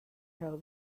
hell